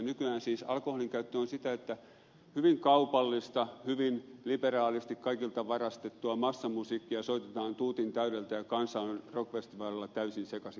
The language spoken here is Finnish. nykyään siis alkoholin käyttö on sitä että hyvin kaupallista hyvin liberaalisti kaikilta varastettua massamusiikkia soitetaan tuutin täydeltä ja kansa on rock festivaaleilla täysin sekaisin koko ajan